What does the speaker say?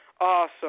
awesome